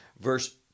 verse